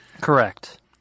Correct